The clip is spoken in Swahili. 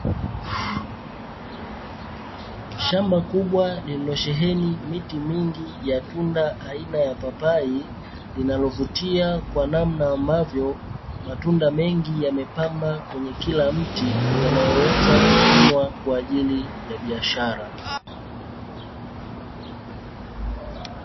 Shamba kubwa lililosheheni miti mingi ya tunda aina ya papai linalovutia kwa namna ambavyo matunda mengi yamepamba kwenye kila mti yanayoweza kuvunwa kwa ajili ya biashara.